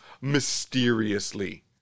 mysteriously